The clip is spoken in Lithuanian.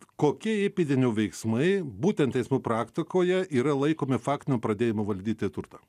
kokie įpėdinių veiksmai būtent teismų praktikoje yra laikomi faktinio pradėjimo valdyti turtą